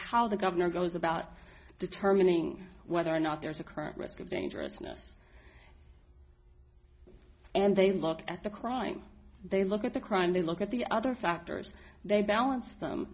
how the governor goes about determining whether or not there's a current risk of dangerousness and they look at the crime they look at the crime they look at the other factors they balance them